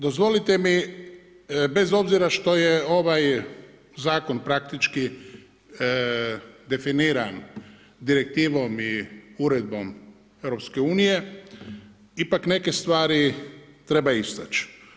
Dozvolite mi, bez obzira što je ovaj zakon praktički definiran direktivom i uredbom EU, ipak neke stvari treba istać.